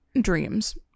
Dreams